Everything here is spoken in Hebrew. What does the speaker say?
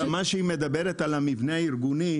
כשהיא מדברת על המבנה הארגוני,